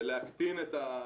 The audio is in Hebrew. ולהקטין את,